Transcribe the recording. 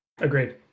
Agreed